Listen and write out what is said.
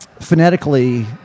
phonetically